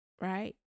right